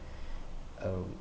uh